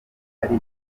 ari